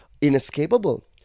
inescapable